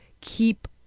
keep